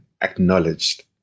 acknowledged